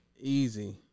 Easy